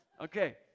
Okay